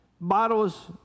bottles